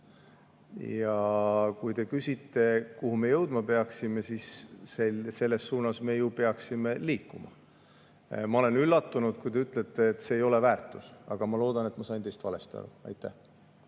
Kui te küsite, kuhu me jõudma peaksime, siis selles suunas me ju peaksime liikuma. Ma olen üllatunud, kui te ütlete, et see ei ole väärtus. Ma loodan, et ma sain teist valesti aru. Aitäh!